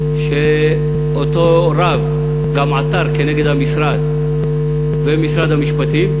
ואותו רב גם עתר כנגד המשרד ומשרד המשפטים,